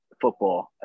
football